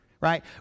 right